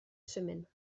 semaine